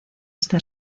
este